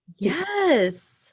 Yes